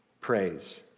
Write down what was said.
praise